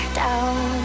down